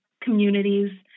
communities